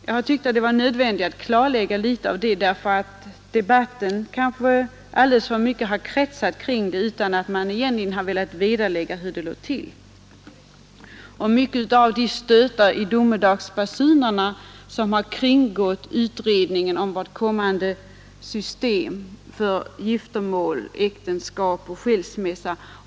Jag har tyckt att det var nödvändigt att ta upp något av detta som debatten kanske alldeles för mycket kretsat kring utan att man egentligen har klarlagt hur det ligger till. Det är väl sådana här saker som i stor utsträckning legat bakom de stötar i domedagsbasunerna som vi fått höra med anledning av det föreslagna systemet för giftermål, äktenskap och skilsmässa.